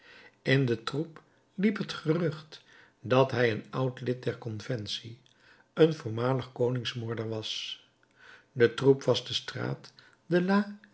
in den troep liep het gerucht dat hij een oud lid der conventie een voormalig koningsmoorder was de troep was de straat